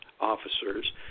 officers